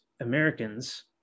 Americans